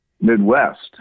Midwest